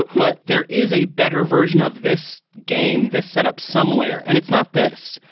but there is a better version of this game, this setup somewhere. and it's not this.